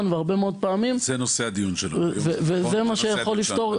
והרבה מאוד פעמים וזה מה שיכול לפתור את זה.